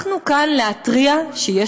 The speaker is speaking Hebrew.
אנחנו מוטרדים מחיי היום-יום,